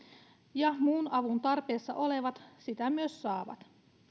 ja muun avun tarpeessa olevat sitä myös saavat